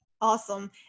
Awesome